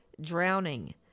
drowning